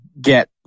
get